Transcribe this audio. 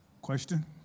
Question